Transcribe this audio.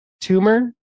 tumor